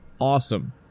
Awesome